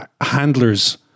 handler's